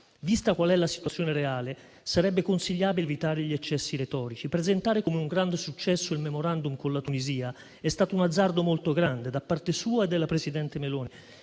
vista la situazione reale, sarebbe consigliabile evitare gli eccessi retorici: presentare come un grande successo il *memorandum* con la Tunisia è stato un azzardo molto grande da parte sua e della presidente del